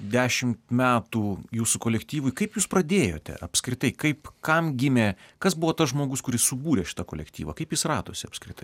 dešimt metų jūsų kolektyvui kaip jūs pradėjote apskritai kaip kam gimė kas buvo tas žmogus kuris subūrė šitą kolektyvą kaip jis radosi apskritai